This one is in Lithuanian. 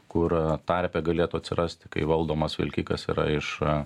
kur tarpe galėtų atsirasti kai valdomas vilkikas yra iš a